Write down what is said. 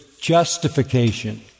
justification